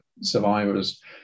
Survivors